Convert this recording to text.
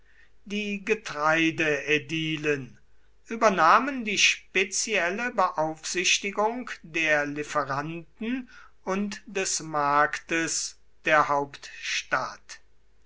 die getreideädilen übernahmen die spezielle beaufsichtigung der lieferanten und des marktes der hauptstadt